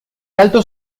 altos